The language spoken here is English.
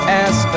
ask